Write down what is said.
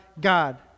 God